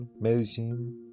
medicine